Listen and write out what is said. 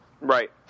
Right